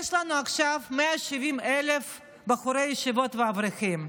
יש לנו עכשיו 170,000 בחורי ישיבות ואברכים,